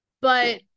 but-